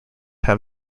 have